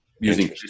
using